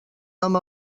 amb